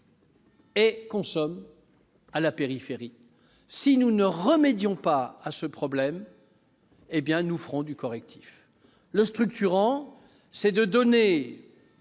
et consomme à la périphérie des villes. Si nous ne remédions pas à ce problème, nous ferons du correctif. Le structurant, c'est de donner